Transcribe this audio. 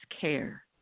care